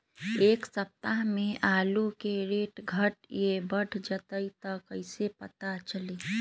एक सप्ताह मे आलू के रेट घट ये बढ़ जतई त कईसे पता चली?